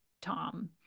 Tom